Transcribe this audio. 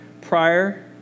prior